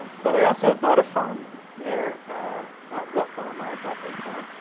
but i also have bought a farm there not the farm. i bought a farm,